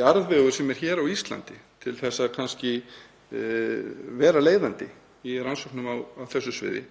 jarðvegurinn sem er hér á Íslandi til þess að vera leiðandi í rannsóknum á þessu sviði